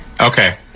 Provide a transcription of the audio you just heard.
Okay